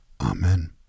Amen